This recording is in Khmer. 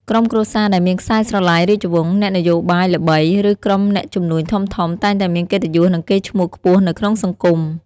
ក្រុមគ្រួសារដែលមានខ្សែស្រឡាយរាជវង្ស អ្នកនយោបាយល្បី ឬក្រុមអ្នកជំនួញធំៗតែងតែមានកិត្តិយសនិងកេរ្តិ៍ឈ្មោះខ្ពស់នៅក្នុងសង្គម។